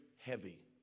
heavy